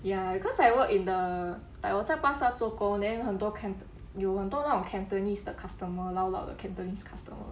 ya because I work in the like 我在巴沙做工 then 很多 cant~ 有很多那种 cantonese 的 customer 老老的 cantonese customer